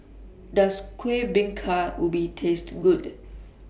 Does Kueh Bingka Ubi Taste Good